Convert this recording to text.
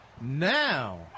now